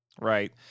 right